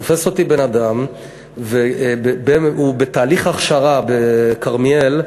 תופס אותי בן-אדם שהוא בתהליך הכשרה בכרמיאל,